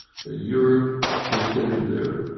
ah europe is sitting there,